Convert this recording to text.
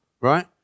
right